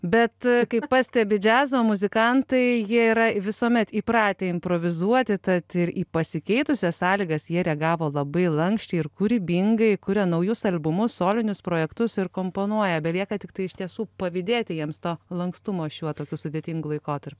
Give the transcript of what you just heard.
bet kaip pastebi džiazo muzikantai jie yra visuomet įpratę improvizuoti tad ir į pasikeitusias sąlygas jie reagavo labai lanksčiai ir kūrybingai kuria naujus albumus solinius projektus ir komponuoja belieka tiktai iš tiesų pavydėti jiems to lankstumo šiuo tokiu sudėtingu laikotarpiu